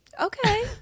Okay